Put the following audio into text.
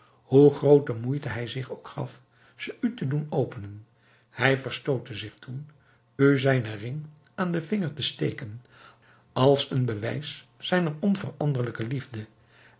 hoe groote moeite hij zich ook gaf ze u te doen openen hij verstoutte zich toen u zijnen ring aan den vinger te steken als een bewijs zijner onveranderlijke liefde